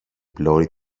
πλώρη